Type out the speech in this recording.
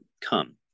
come